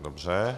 Dobře.